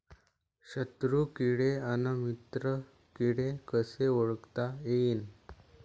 शत्रु किडे अन मित्र किडे कसे ओळखता येईन?